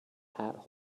hat